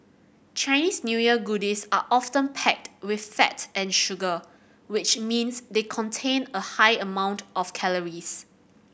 Chinese New Year goodies are often packed with fat and sugar which means they contain a high amount of calories